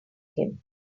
him